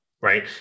right